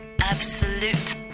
Absolute